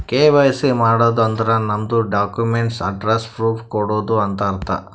KYC ಮಾಡದ್ ಅಂದುರ್ ನಮ್ದು ಡಾಕ್ಯುಮೆಂಟ್ಸ್ ಅಡ್ರೆಸ್ಸ್ ಪ್ರೂಫ್ ಕೊಡದು ಅಂತ್ ಅರ್ಥ